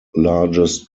largest